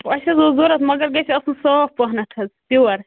اسہِ حظ اوس ضرورت مَگر گژھہِ آسُن صاف پَہنتھ حظ پِور